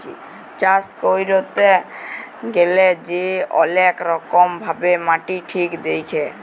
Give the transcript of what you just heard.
চাষ ক্যইরতে গ্যালে যে অলেক রকম ভাবে মাটি ঠিক দ্যাখে